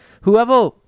Whoever